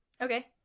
okay